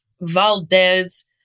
Valdez